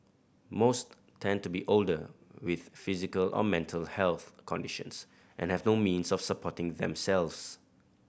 most tend to be older with physical or mental health conditions and have no means of supporting themselves